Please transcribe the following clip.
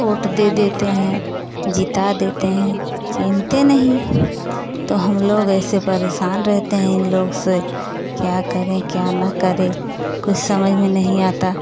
ओट दे देते हैं जिता देते हैं चीन्हते नहीं तो हम लोग ऐसे परेशान रहते हैं इन लोग से क्या करें क्या ना करें कुछ समझ में नहीं आता